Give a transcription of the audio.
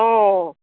অঁ